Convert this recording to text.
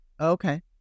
okay